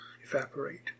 evaporate